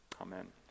Amen